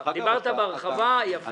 דיברת בהרחבה, יפה.